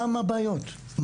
מהן הבעיות?